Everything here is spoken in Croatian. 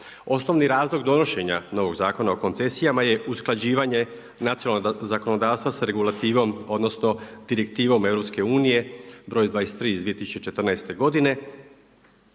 Osnovni razlog donošenja novog Zakona o koncesijama je usklađivanje nacionalnog zakonodavstva sa Regulativom, Direktivom EU, br.23 iz 2014. godine.